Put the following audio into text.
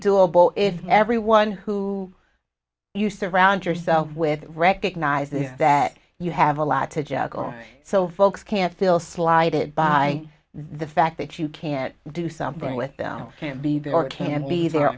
doable if everyone who you surround yourself with recognizes that you have a lot to juggle so folks can't feel slighted by the fact that you can't do something with them you can't be there or can't be there